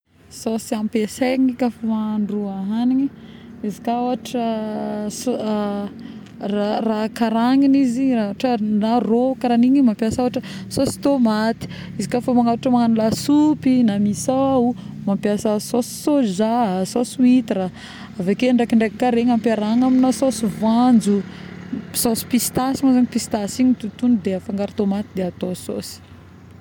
Sosy ampiasaigny ka fa mahandro agniny, izy ka ˂noise˃ raha aka ragnony izy na ôhatra rô karaha igny, mampiasa ôhatra sosy tômaty, izy ka fa ôhatra magnano lasopy, mi-sao mampiasa soja, sosy hûitre, avekeo ndraiky ndraiky ka ampiarahagna amina sosy voanjo, sosy pistasy, no pistasy igny mo zagny totogny de afangaro tômaty de atao sosy